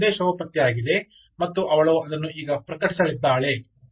ಇದೀಗ ಸಂದೇಶವು ಪತ್ತೆಯಾಗಿದೆ ಮತ್ತು ಅವಳು ಅದನ್ನು ಈಗ ಪ್ರಕಟಿಸಲಿದ್ದಾಳೆ